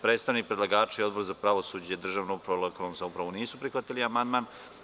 Predstavnik predlagača i Odbor za pravosuđe, državnu upravu i lokalnu samoupravu nisu prihvatili amandman.